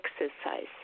exercise